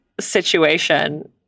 situation